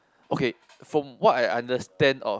okay from what I understand of